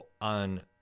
on